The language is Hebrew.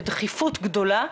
בדחיפות גדולה,